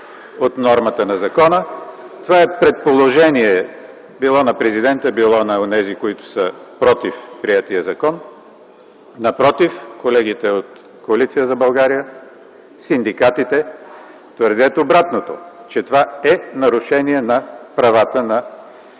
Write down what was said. от нормата на закона, това е предположение било на Президента, било на онези, които са против приетия закон. Напротив, колегите от Коалиция за България и синдикатите твърдят обратното – че това е нарушение на правата на